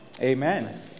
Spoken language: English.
Amen